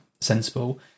sensible